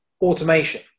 automation